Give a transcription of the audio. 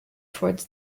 towards